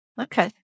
okay